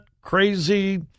crazy